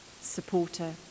supporter